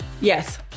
Yes